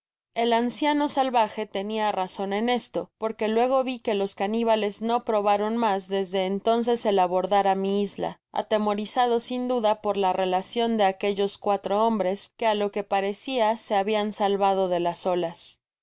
el anciano salvaje tenia razon en esto porque luego vi que los canibales no probaron mas desde entonces el abordar á mi isla atemorizados sin duda por la relacion de aquellos cuatro hombres que á lo que parecia se habian salvado de las olas